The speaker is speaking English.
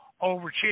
over